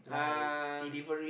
uh